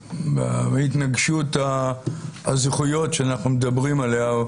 בהתנגשות הזכויות שאנחנו מדברים עליה,